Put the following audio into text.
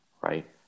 Right